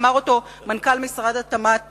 אמר אותו מנכ"ל משרד התמ"ת,